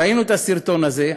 ראינו את הסרטון הזה.